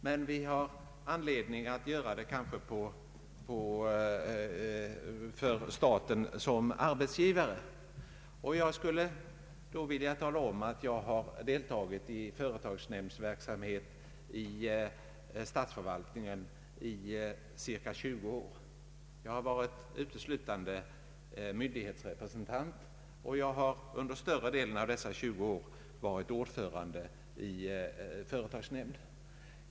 Men vi har kanske anledning att göra det för staten-arbetsgivarens räkning. Jag har deltagit i företagsnämndsverksamhet inom statsförvaltningen i cirka 20 år. Jag har uteslutande varit myndighetsrepresentant, och jag har under större delen av dessa 20 år varit ordförande i företagsnämnd.